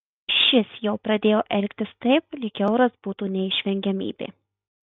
šis jau pradėjo elgtis taip lyg euras būtų neišvengiamybė